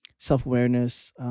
self-awareness